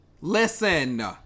Listen